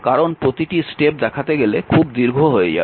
কারণ প্রতিটি স্টেপ দেখাতে গেলে খুব দীর্ঘ হয়ে যাবে